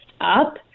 up